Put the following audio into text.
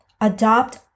Adopt